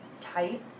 tight